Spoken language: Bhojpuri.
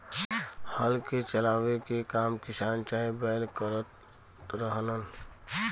हल के चलावे के काम किसान चाहे बैल करत रहलन